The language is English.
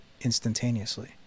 instantaneously